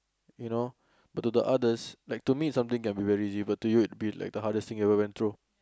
you know but to the others like to me some thing can be very easy but to you it'll be like the hardest thing you ever went through